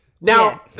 Now